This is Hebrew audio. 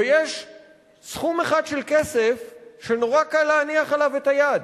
ויש סכום אחד של כסף שנורא קל להניח עליו את היד.